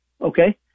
okay